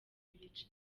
ibice